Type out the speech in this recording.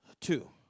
two